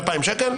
אז זה 2,000 ש"ח,